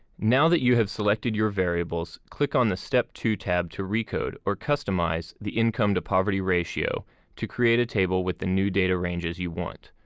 now that you have selected your variables, click on the step two tab to recode or customize the income-to-poverty ratio to create a table with the new data ranges you want.